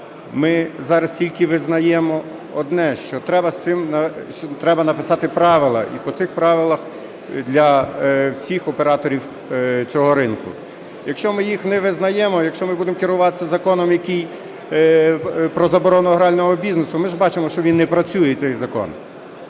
ми зараз тільки визнаємо одне – що написати правила для всіх операторів цього ринку. Якщо ми їх не визнаємо, якщо ми будемо керуватися законом, який про заборону грального бізнесу, ми ж бачимо, що він не працює, цей закон.